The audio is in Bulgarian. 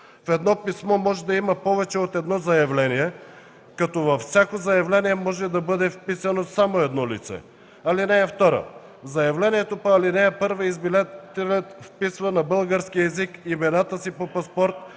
В едно писмо може да има повече от едно заявления, като във всяко заявление може да бъде вписано само едно лице. (2) В заявлението по ал. 1 избирателят вписва на български език имената си по паспорт,